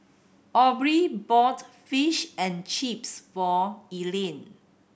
Aubree bought Fish and Chips for Elian